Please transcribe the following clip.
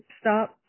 stop